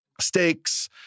steaks